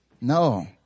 No